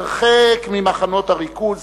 הרחק ממחנות הריכוז,